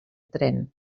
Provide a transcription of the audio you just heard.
tren